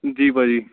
ਜੀ ਭਾਅ ਜੀ